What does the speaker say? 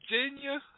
Virginia